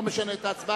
אבל לא משנה את ההצבעה,